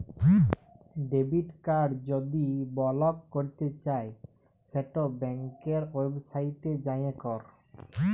debit card যদি block ক্যরতে চাই সেট ব্যাংকের ওয়েবসাইটে যাঁয়ে ক্যর